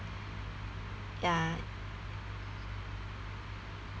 ya